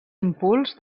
impuls